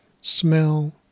smell